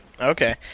Okay